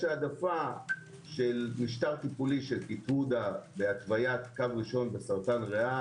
העדפה של משטר טיפולי של- -- בהתווית קו ראשון בסרטן ריאה